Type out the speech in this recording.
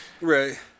Right